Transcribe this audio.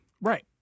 Right